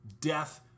death